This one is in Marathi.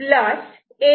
1 A